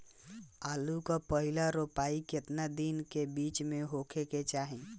आलू क पहिला रोपाई केतना दिन के बिच में होखे के चाही?